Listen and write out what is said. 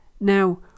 Now